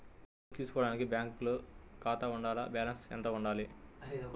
లోను తీసుకోవడానికి బ్యాంకులో ఖాతా ఉండాల? బాలన్స్ ఎంత వుండాలి?